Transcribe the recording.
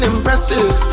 Impressive